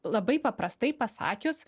labai paprastai pasakius